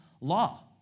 law